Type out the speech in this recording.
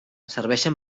serveixen